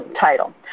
title